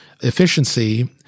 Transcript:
efficiency